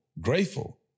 Grateful